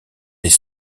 des